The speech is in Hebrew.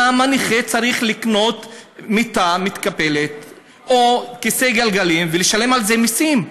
למה נכה צריך לקנות מיטה מתקפלת או כיסא גלגלים ולשלם על זה מיסים?